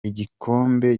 igikombe